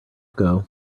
ago